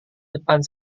depan